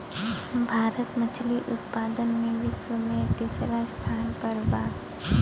भारत मछली उतपादन में विश्व में तिसरा स्थान पर बा